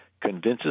convinces